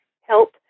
help